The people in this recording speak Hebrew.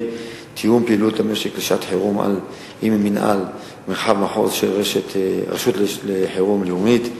תיאום פעילות המשק לשעת-חירום עם מנהל מרחב/מחוז של רשות לחירום לאומית,